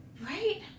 Right